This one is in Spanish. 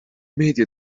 media